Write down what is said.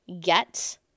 get